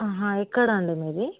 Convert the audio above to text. ఎక్కడండి మీది